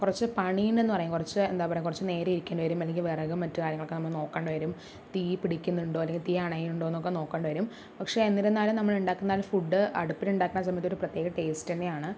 കുറച്ച് പണിയുണ്ടെന്ന് പറയാം കുറച്ച് എന്താ പറയുക കുറച്ച് നേരം ഇരിക്കേണ്ടി വരും അല്ലെങ്കിൽ വിറകും മറ്റു കാര്യങ്ങളൊക്കെ നമ്മൾ നോക്കേണ്ടി വരും തീ പിടിക്കുന്നുണ്ടോ അല്ലെങ്കിൽ തീ അണയുന്നുണ്ടോ എന്നൊക്കെ നോക്കേണ്ടി വരും പക്ഷെ എന്നിരുന്നാലും നമ്മൾ ഉണ്ടാക്കുന്ന ആ ഒരു ഫുഡ് അടുപ്പിലുണ്ടാക്കുന്ന സമയത്ത് ഒരു പ്രത്യേക ടേസ്റ്റ് തന്നെയാണ്